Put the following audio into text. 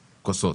כוסות,